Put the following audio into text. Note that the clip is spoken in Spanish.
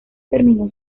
terminó